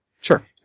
Sure